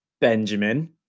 benjamin